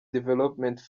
development